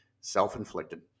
Self-inflicted